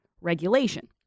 regulation